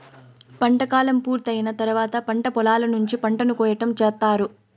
పంట కాలం పూర్తి అయిన తర్వాత పంట పొలాల నుంచి పంటను కోయటం చేత్తారు